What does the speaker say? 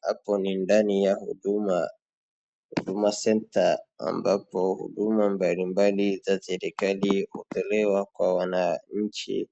Hapo ni ndani ya Huduma Center ambapo huduma mbalimbali za serikali hutolewa kwa wananchi.